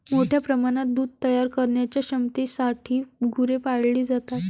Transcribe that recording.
मोठ्या प्रमाणात दूध तयार करण्याच्या क्षमतेसाठी गुरे पाळली जातात